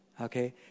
okay